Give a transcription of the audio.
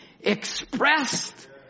Expressed